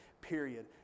period